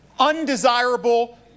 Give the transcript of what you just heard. undesirable